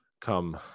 come